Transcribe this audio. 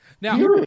Now